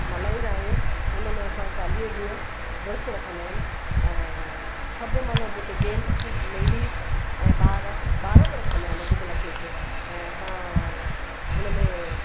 मल्हाईंदा आयूं उनमें असां चालीह ॾींहं विर्तु रखंदा आहिनि ऐं सभु माना जेके जैंट्स लेडीस ऐं ॿार बि रखंदा आहिनि अॼुकल्ह जेके ऐं असां उनमें